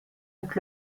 avec